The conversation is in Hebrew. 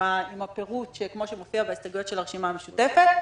עם הפירוט כפי שמופיע בהסתייגויות של הרשימה המשותפת,